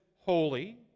holy